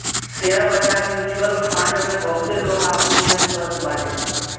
share बाजार, mutual fund में बहुते लोग आपन निवेश करत बाटे